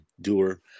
doer